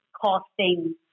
costing